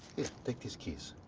like these keys.